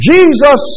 Jesus